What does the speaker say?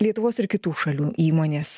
lietuvos ir kitų šalių įmonės